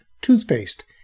toothpaste